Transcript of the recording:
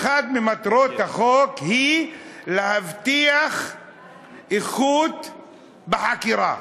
אחת ממטרות החוק היא להבטיח איכות בחקירה.